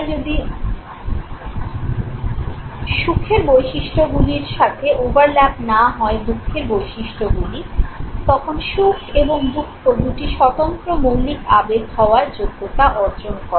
তাই যদি সুখের বৈশিষ্ট্যগুলির সাথে ওভারল্যাপ না হয় দুঃখের বৈশিষ্ট্যগুলি তখন সুখ এবং দুঃখ দুটি স্বতন্ত্র মৌলিক আবেগ হওয়ার যোগ্যতা অর্জন করে